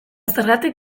zergatik